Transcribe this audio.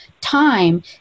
time